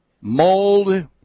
mold